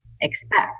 expect